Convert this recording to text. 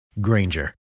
Granger